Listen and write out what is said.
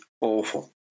awful